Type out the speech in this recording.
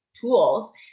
tools